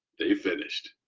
they finished.